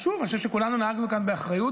ושוב, אני חושב שכולנו נהגנו כאן באחריות.